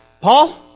Paul